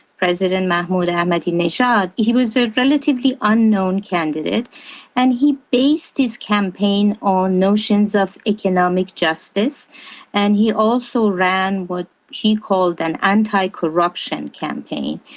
president mahmoud ahmadinejad, he was a relatively unknown candidate and he based his campaign on notions of economic justice and he also ran what he called an anticorruption campaign.